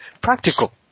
practical